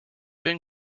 been